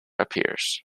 appears